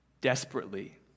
desperately